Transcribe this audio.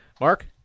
Mark